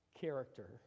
character